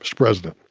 president,